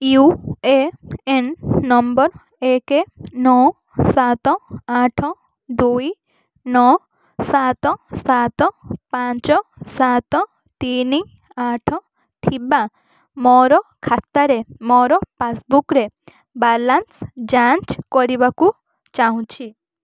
you A N number ଏକେ ନଅ ସାତ ଆଠ ଦୁଇ ନଅ ସାତ ସାତ ପାଞ୍ଚ ସାତ ତିନି ଆଠ ଥିବା ମୋର ଖାତାରେ ମୋର ପାସ୍ବୁକ୍ରେ ବାଲାନ୍ସ୍ ଯାଞ୍ଚ୍ କରିବାକୁ ଚାହୁଁଛି